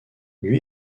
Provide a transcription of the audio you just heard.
lui